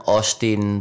Austin